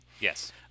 Yes